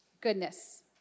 goodness